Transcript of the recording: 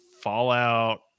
Fallout